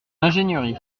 ingénierie